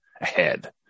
ahead